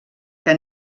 que